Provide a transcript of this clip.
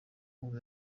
ubu